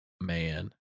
man